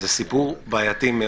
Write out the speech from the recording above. זה סיפור בעייתי.